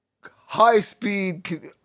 high-speed